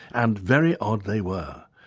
and very odd they were.